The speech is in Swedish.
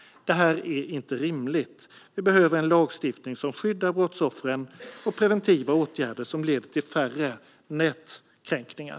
Det är inte rimligt. Vi behöver en lagstiftning som skyddar brottsoffren och preventiva åtgärder som leder till färre nätkränkningar.